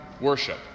worship